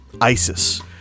Isis